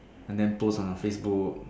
and then post on her Facebook